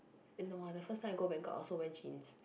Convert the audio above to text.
in the !wah! the first time I go Bangkok I also wear jeans